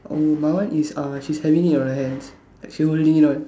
oh my one is uh she's having it on her hands she's holding on